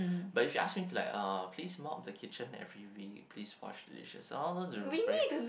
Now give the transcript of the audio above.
but if you ask me to like uh please mop the kitchen every week please wash the dishes all those are very